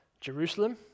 Jerusalem